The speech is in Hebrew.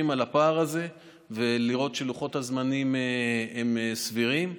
על הפער הזה ולראות שלוחות הזמנים הם סבירים.